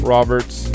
Roberts